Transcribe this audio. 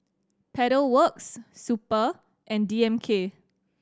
Pedal Works Super and D M K